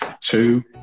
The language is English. Two